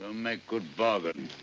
ah make good bargain.